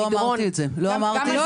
לא אמרתי את זה, אבל זה